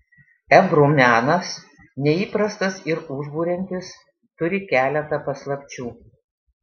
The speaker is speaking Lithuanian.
ebru menas neįprastas ir užburiantis turi keletą paslapčių